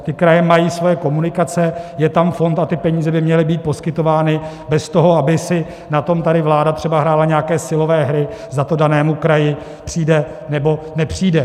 Ty kraje mají své komunikace, je tam fond a ty peníze by měly být poskytovány bez toho, aby si na tom tady vláda třeba hrála nějaké silové hry, zda to danému kraji přijde, nebo nepřijde.